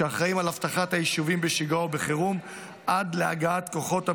שאחראים לאבטחת היישובים בשגרה ובחירום עד להגעת כוחות הביטחון,